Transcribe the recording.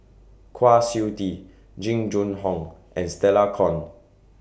Kwa Siew Tee Jing Jun Hong and Stella Kon